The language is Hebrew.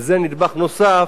וזה נדבך נוסף,